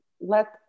let